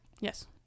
Yes